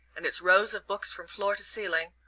and its rows of books from floor to ceiling,